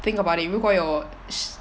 think about it 如果有